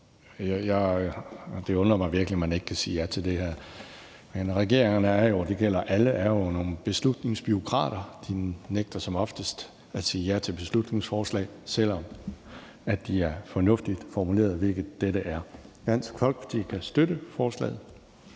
Det undrer mig virkelig, at man ikke kan sige ja til det her. Men regeringen er jo, og det gælder alle, nogle beslutningsbureaukrater; de nægter som oftest at stemme ja til beslutningsforslag, selv om de er fornuftigt formuleret, hvilket dette beslutningsforslag er. Dansk Folkeparti kan støtte forslaget.